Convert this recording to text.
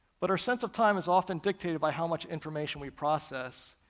but our sense of time is often dictated by how much information we process,